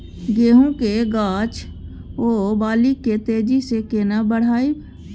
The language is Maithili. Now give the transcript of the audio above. गेहूं के गाछ ओ बाली के तेजी से केना बढ़ाइब?